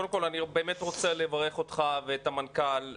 קודם כל, אני באמת רוצה לברך אותך ואת המנכ"ל.